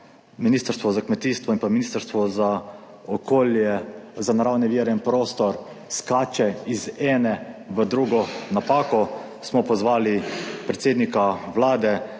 Ministrstvo za kmetijstvo in pa Ministrstvo za naravne vire in prostor skače iz ene v drugo napako, smo pozvali predsednika Vlade,